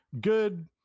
good